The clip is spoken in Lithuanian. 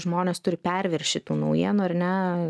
žmonės turi perviršį tų naujienų ar ne